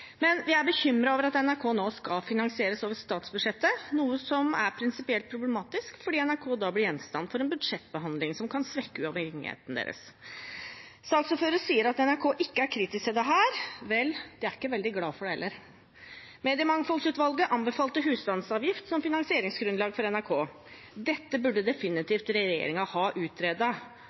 men vi er bekymret over at NRK nå skal finansieres over statsbudsjettet, noe som er prinsipielt problematisk fordi NRK da blir gjenstand for en budsjettbehandling som kan svekke uavhengigheten deres. Saksordføreren sier at NRK ikke er kritisk til dette. Vel, de er ikke veldig glad for det heller. Mediemangfoldsutvalget anbefalte husstandsavgift som finansieringsgrunnlag for NRK. Dette burde regjeringen definitivt ha